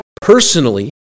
personally